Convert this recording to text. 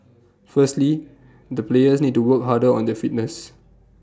firstly the players need to work harder on their fitness